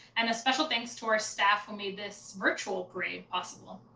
and a special thanks to our staff who made this virtual parade possible.